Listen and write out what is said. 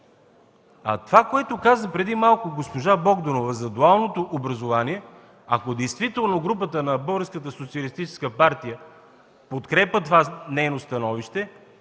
А това, което каза преди малко госпожа Богданова за дуалното образование, ако действително групата на Българската социалистическа